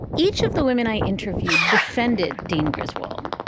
each of the women i interviewed defended dean griswold,